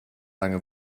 lange